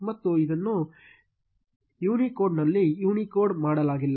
ಮತ್ತು ಇದನ್ನು ಯೂನಿಕೋಡ್ನಲ್ಲಿ ಎನ್ಕೋಡ್ ಮಾಡಲಾಗಿಲ್ಲ